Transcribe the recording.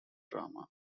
drama